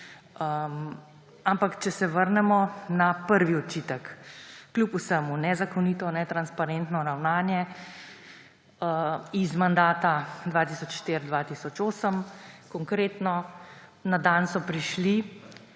zakona. Če se vrnemo na prvi očitek. Kljub vsemu nezakonito, netransparentno ravnanje iz mandata 2004–2008. Konkretno. Na dan so prišli